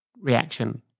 reaction